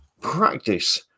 practice